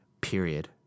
period